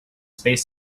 space